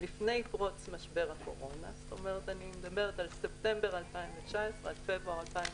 לפני פרוץ משבר הקורונה אני מדברת על ספטמבר 2019 עד פברואר 2020